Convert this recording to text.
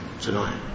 tonight